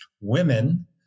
women